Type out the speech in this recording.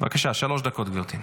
שלוש דקות, גברתי.